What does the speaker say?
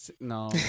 No